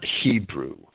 Hebrew